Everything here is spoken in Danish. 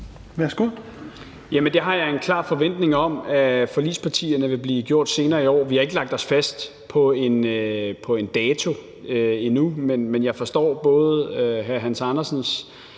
Hummelgaard): Det har jeg en klar forventning om at forligspartierne vil blive gjort senere i år. Vi har ikke lagt os fast på en dato endnu, men jeg forstår både hr. Hans Andersens